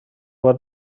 بار